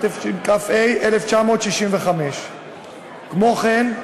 התשכ"ה 1965. כמו כן,